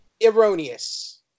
Erroneous